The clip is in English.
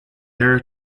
error